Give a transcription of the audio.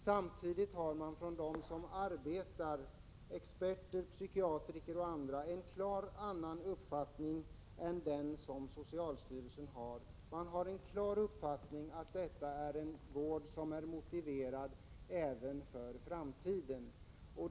Samtidigt har de som arbetar med denna vård — experter, psykiatriker och andra — en annan uppfattning än socialstyrelsen. De har den klara uppfattningen att denna vård är motiverad även för framtiden.